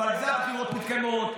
ועל זה הבחירות מתקיימות,